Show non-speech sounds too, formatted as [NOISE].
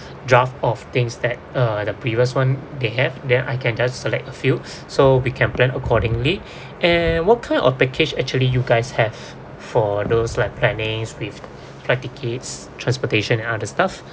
draft of things that uh the previous one they have then I can just select a few [BREATH] so we can plan accordingly [BREATH] and what kind of package actually you guys have for those like plannings with the flight tickets transportation and other stuff